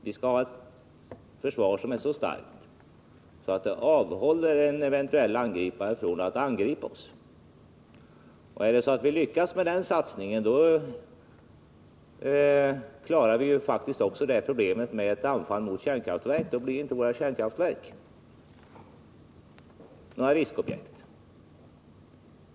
Vi skall ha ett försvar som är så starkt att det avhåller en eventuell angripare från att angripa oss. Lyckas vi med den satsningen klarar vi faktiskt också problemet med anfall mot kärnkraftverk — då blir inte våra kärnkraftverk några riskobjekt.